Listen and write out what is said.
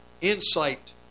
insight